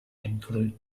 include